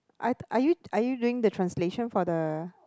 are are you are you doing the translation for the